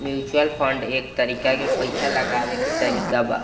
mutual fund एक तरीका के पइसा लगावे के तरीका बा